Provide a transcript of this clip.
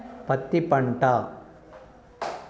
పత్తి పంట